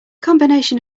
combination